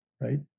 right